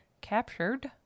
Captured